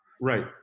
Right